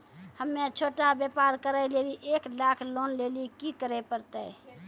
हम्मय छोटा व्यापार करे लेली एक लाख लोन लेली की करे परतै?